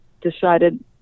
decided